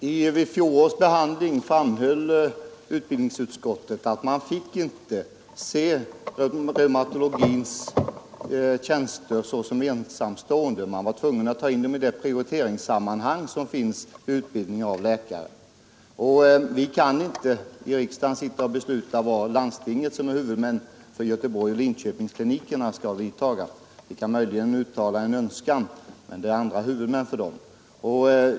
Fru talman! Vid fjolårets behandling framhöll utbildningsutskottet att man inte fick se reumatologins tjänster såsom fristående, utan man var tvungen att ta in dem i det prioriteringssammanhang som finns när det gäller utbildning av läkare. Och vi kan inte i riksdagen sitta och besluta vilka åtgärder landstingen, som är huvudmän för Göteborgsoch Linköpingsklinikerna, skall vidtaga; vi kan möjligen uttala en önskan.